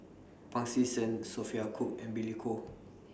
Pancy Seng Sophia Cooke and Billy Koh